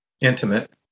intimate